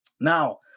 Now